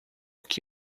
que